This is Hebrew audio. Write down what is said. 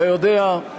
אתה יודע,